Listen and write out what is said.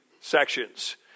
sections